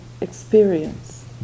experience